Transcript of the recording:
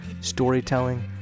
storytelling